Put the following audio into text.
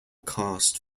cast